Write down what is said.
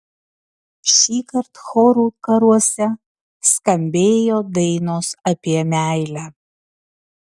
šįkart chorų karuose skambėjo dainos apie meilę